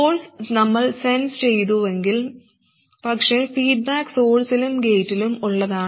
source നമ്മൾ sense ചെയ്തുവെങ്കിലും പക്ഷേ ഫീഡ്ബാക്ക് സോഴ്സിലും ഗേറ്റിലും ഉള്ളതാണ്